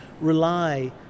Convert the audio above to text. rely